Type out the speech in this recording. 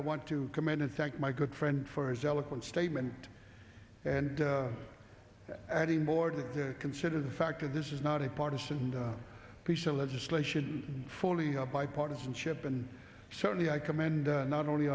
i want to commend in fact my good friend for his eloquent statement and adding more to consider the fact that this is not a partisan piece of legislation fully bipartisanship and certainly i commend not only